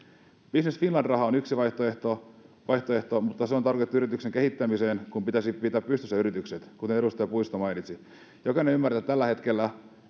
business finland raha on yksi vaihtoehto vaihtoehto mutta se on tarkoitettu yrityksen kehittämiseen kun taas nyt pitäisi pitää pystyssä yritykset kuten edustaja puisto mainitsi jokainen ymmärtää että tällä hetkellä